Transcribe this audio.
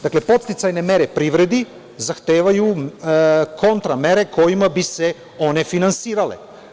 Dakle, podsticajne mere privredi zahtevaju kontra mere kojima bi se one finansirale.